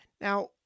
Now